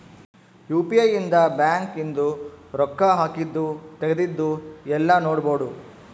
UPI ಇಂದ bank ಇಂದು ರೊಕ್ಕ ಹಾಕಿದ್ದು ತೆಗ್ದಿದ್ದು ಯೆಲ್ಲ ನೋಡ್ಬೊಡು